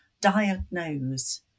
diagnose